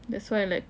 that's why I like